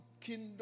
kingdom